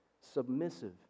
submissive